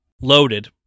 Loaded